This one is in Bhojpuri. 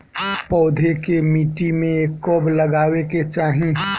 पौधे को मिट्टी में कब लगावे के चाही?